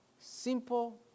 Simple